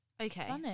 Okay